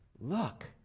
Look